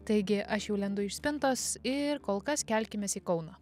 taigi aš jau lendu iš spintos ir kol kas kelkimės į kauną